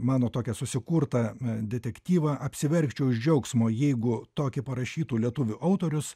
tą mano tokią susikurtą detektyvą apsiverkčiau iš džiaugsmo jeigu tokį parašytų lietuvių autorius